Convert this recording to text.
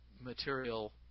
material